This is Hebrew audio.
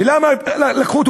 ולמה לקחו אותו,